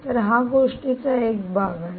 तर हा गोष्टीचा एक भाग आहे